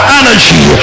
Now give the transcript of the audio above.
energy